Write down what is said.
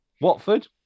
Watford